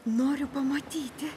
noriu pamatyti